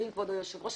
כבוד היושב ראש,